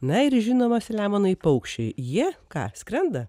na ir žinoma selemonai paukščiai jie ką skrenda